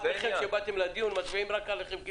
באתם לדיון אז מדברים רק עליכם,